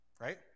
right